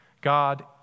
God